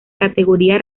categoría